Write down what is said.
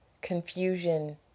confusion